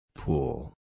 Pool